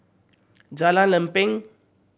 Jalan Lempeng